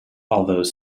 although